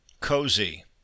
Cozy